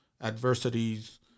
adversities